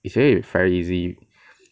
is really very easy